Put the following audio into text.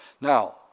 Now